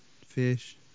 fish